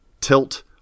tilt